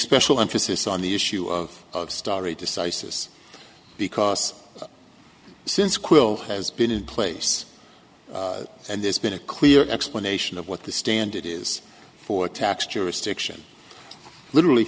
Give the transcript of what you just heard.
special emphasis on the issue of starry decisis because since quill has been in place and there's been a clear explanation of what the standard is for tax jurisdiction literally